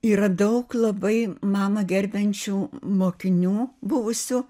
yra daug labai mamą gerbiančių mokinių buvusių